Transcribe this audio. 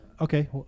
Okay